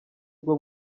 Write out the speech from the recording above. bwo